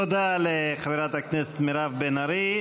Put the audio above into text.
תודה לחברת הכנסת מירב בן ארי.